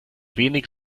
wenig